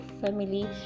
family